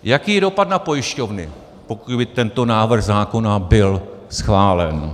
Jaký je dopad na pojišťovny, pokud by tento návrh zákona byl schválen?